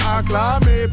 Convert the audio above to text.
Acclamé